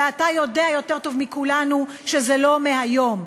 ואתה יודע יותר טוב מכולנו שזה לא מהיום.